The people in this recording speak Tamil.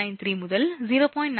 93 முதல் 0